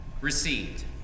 received